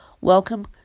welcome